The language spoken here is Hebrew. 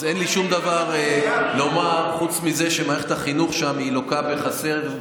אז אין לי שום דבר לומר חוץ מזה שמערכת החינוך שם לוקה בחסר.